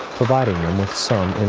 providing them with some